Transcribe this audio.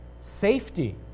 safety